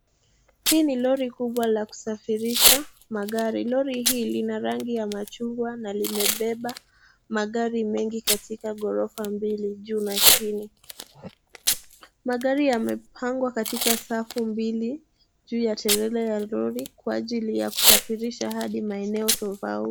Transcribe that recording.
Hii ni lori kubwa la kusafirisha magari. Lori hii lina rangi ya machungwa na limebeba magari mengi katika ghorofa mbili juu na chini. Magari yamepangwa katika safu mbili juu ya trela la lori kwa ajili ya kusafirisha hadi maeneo tofauti.